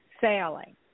sailing